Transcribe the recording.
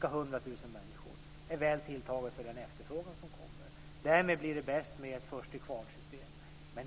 ca 100 000 människor - är väl tilltaget för den efterfrågan som kommer. Därmed blir det bäst med först-till-kvarn-system.